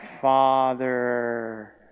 Father